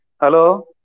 hello